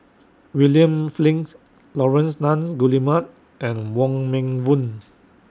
William Flint Laurence Nunns Guillemard and Wong Meng Voon